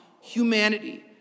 humanity